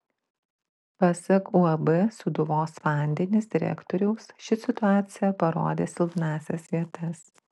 pasak uab sūduvos vandenys direktoriaus ši situacija parodė silpnąsias vietas